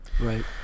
right